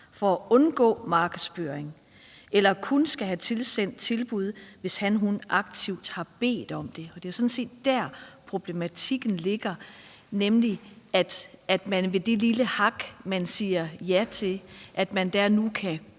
for at undgå markedsføring eller kun skal have tilsendt tilbud, hvis han/hun aktivt har bedt om det. Det er jo sådan set der, problematikken ligger, nemlig at man ved hjælp af det lille hak, man sætter, siger ja til det og nu kan